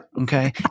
okay